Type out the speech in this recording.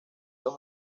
los